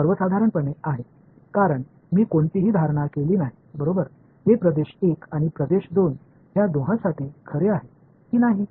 हे सर्वसाधारणपणे आहे कारण मी कोणतीही धारणा केली नाही बरोबर हे प्रदेश 1 आणि प्रदेश 2 या दोन्हीसाठी खरे आहे की नाही